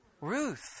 Ruth